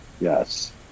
Yes